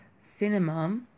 cinema